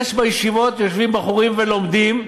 זה שבישיבות יושבים בחורים ולומדים,